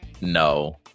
No